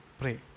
pray